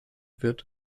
wird